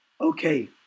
Okay